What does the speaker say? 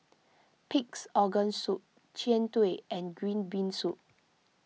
Pig's Organ Soup Jian Dui and Green Bean Soup